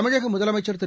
தமிழகமுதலமைச்சா் திரு